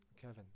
Kevin